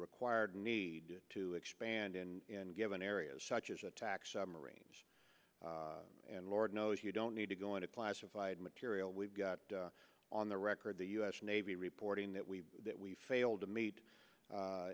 required need to expand in given areas such as attack submarines and lord knows you don't need to go into classified material we've got on the record the us navy reporting that we that we failed to meet